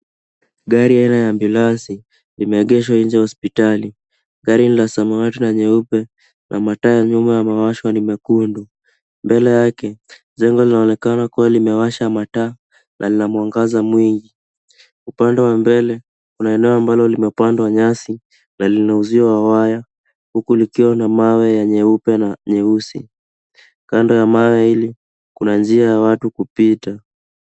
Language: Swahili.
Gari aina ya ambulensi limeegeshwa nje ya hospitali. Gari la samawati na nyeupe na mataa ya nyuma yaliyowashwa ni mekundu. Mbele yake jengo linaonekana kuwa limewasha mataa na lina mwangaza mwingi. Upande wa mbele kuna eneo ambalo limepandwa nyasi na lina uzio wa waya huku likiwa na mawe ya nyeupe na nyeusi. Kando ya mawe hili kuna njia ya watu kupita.